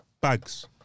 bags